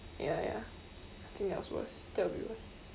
ya ya I think that was worse that will be worse